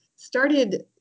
started